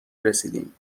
رسیدیم